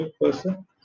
person